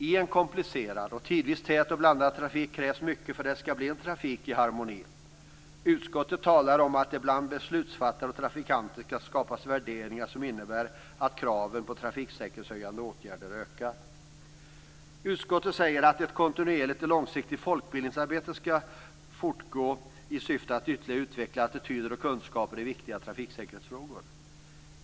I en komplicerad och tidvis tät och blandad trafik krävs mycket för att det skall bli en trafik i harmoni. Utskottet talar om att det bland beslutsfattare och trafikanter skall skapas värderingar som innebär att kraven på trafiksäkerhetshöjande åtgärder ökar. Utskottet säger att ett kontinuerligt och långsiktigt folkbildningsarbete skall fortgå i syfte att ytterligare utveckla attityder och kunskaper i viktiga trafiksäkerhetsfrågor.